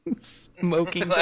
Smoking